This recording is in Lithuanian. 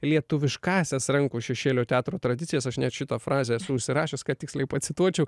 lietuviškąsias rankų šešėlių teatro tradicijas aš šitą frazę esu užsirašęs kad tiksliai pacituočiau